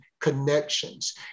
connections